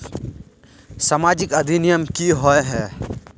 सामाजिक अधिनियम की होय है?